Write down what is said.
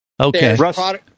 Okay